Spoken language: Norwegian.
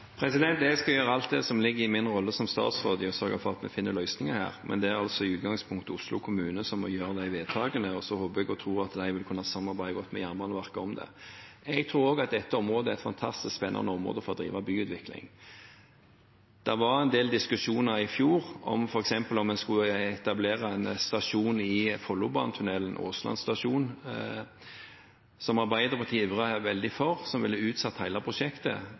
å sørge for at vi finner løsninger her. Men det er altså i utgangspunktet Oslo kommune som må fatte disse vedtakene. Så håper jeg og tror at de vil samarbeide godt med Jernbaneverket om det. Jeg tror også at dette er et fantastisk spennende område for å drive byutvikling. Det var en del diskusjoner i fjor f.eks. om en skulle etablere en stasjon i Follobanetunnelen, Åsland stasjon, som Arbeiderpartiet ivret veldig for, og som ville utsatt hele prosjektet. Det er jeg glad for at det ikke er blitt noe av,